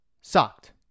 sucked